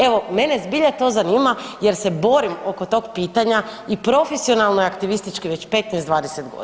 Evo mene zbilja to zanima jer se borim oko tog pitanja i profesionalno je aktivistički već 15, 20 godina.